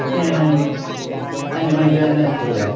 അഞ്ച് മണിക്ക് തന്നെ എത്തുമല്ലേ